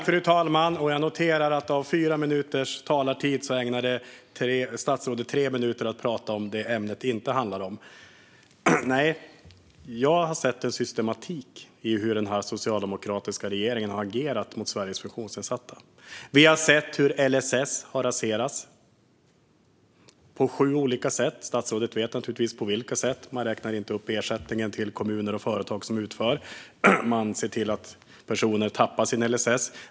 Fru talman! Jag noterar att statsrådet ägnade tre av fyra minuters talartid åt att tala om sådant som ämnet inte handlar om. Jag har sett en systematik i hur den socialdemokratiska regeringen har agerat mot Sveriges funktionsnedsatta. Vi har sett hur LSS har raserats på sju olika sätt; statsrådet vet naturligtvis vilka. Man räknar inte upp ersättningen till kommuner och företag som utför. Man ser till att personer tappar sin LSS.